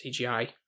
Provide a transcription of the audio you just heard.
CGI